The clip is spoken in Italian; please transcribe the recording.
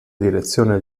direzione